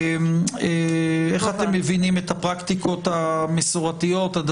איך אתם מבינים את הפרקטיקות המסורתיות-הדתיות,